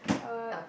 uh